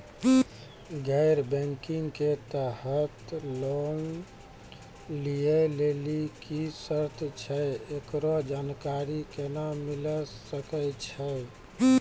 गैर बैंकिंग के तहत लोन लए लेली की सर्त छै, एकरो जानकारी केना मिले सकय छै?